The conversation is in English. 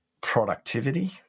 Productivity